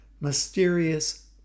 mysterious